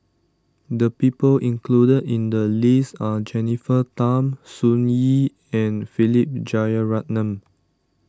the people included in the list are Jennifer Tham Sun Yee and Philip Jeyaretnam